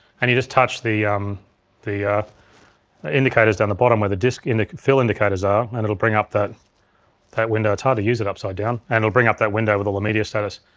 and you just touch the the ah indicators down the bottom where the disk and the fill indicators are. and it'll bring up that that window. it's hard to use it upside down. and it'll bring up that window with all the media status.